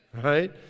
right